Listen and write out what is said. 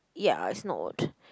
ya it's not